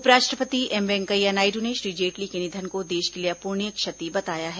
उपराष्ट्रपति एम वेंकैया नायडू ने श्री जेटली के निधन को देश के लिए अपूर्णीय क्षति बताया है